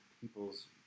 people's